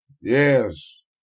Yes